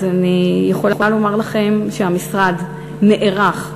אני יכולה לומר לכם שהמשרד נערך,